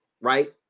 Right